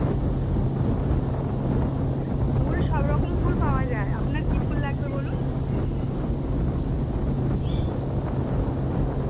ফুল সব রকম ফুল পাওয়া যায় আপনার কী ফুল লাগবে বলুন